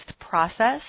process